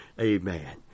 Amen